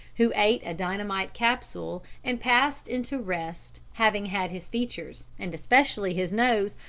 who ate a dynamite capsule and passed into rest having had his features, and especially his nose,